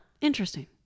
Interesting